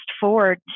forward